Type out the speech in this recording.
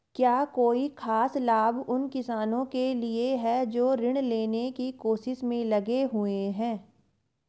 क्या कोई खास लाभ उन किसानों के लिए हैं जो ऋृण लेने की कोशिश में लगे हुए हैं?